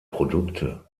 produkte